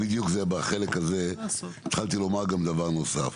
בחלק הזה התחלתי לומר גם דבר נוסף.